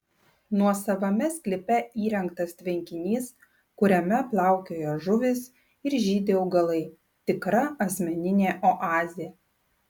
nuosavame sklype įrengtas tvenkinys kuriame plaukioja žuvys ir žydi augalai tikra asmeninė oazė